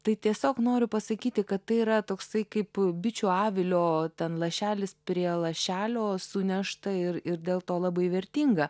tai tiesiog noriu pasakyti kad tai yra toksai kaip bičių avilio ten lašelis prie lašelio sunešta ir ir dėl to labai vertinga